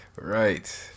Right